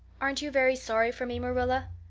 aren't you very sorry for me, marilla?